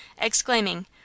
exclaiming